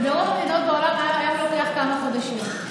ברוב המדינות בעולם היה לוקח כמה חודשים.